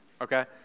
Okay